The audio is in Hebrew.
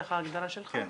ככה ההגדרה שלך?